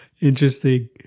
Interesting